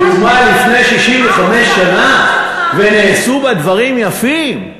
שהוקמה לפני 65 שנה, ונעשו בה דברים יפים.